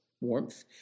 warmth